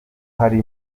hari